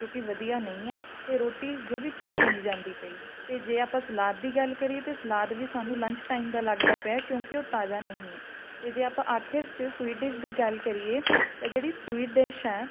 ਜੋ ਕਿ ਵਧੀਆ ਨਹੀਂ ਹੈ ਅਤੇ ਰੋਟੀ ਜੋ ਕਿ ਚਿੱਥੀ ਨਹੀਂ ਜਾਂਦੀ ਪਈ ਅਤੇ ਜੇ ਆਪਾਂ ਸਲਾਦ ਦੀ ਗੱਲ ਕਰੀਏ ਤਾਂ ਸਲਾਦ ਵੀ ਸਾਨੂੰ ਲੰਚ ਟਾਈਮ ਦਾ ਲੱਗਦਾ ਪਿਆ ਕਿਉਂਕਿ ਉਹ ਤਾਜ਼ਾ ਨਹੀਂ ਹੈ ਅਤੇ ਜੇ ਆਪਾਂ ਆਖਰ 'ਚ ਸਵੀਟ ਡਿਸ਼ ਦੀ ਗੱਲ ਕਰੀਏ ਤਾਂ ਜਿਹੜੀ ਸਵੀਟ ਡਿਸ਼ ਹੈ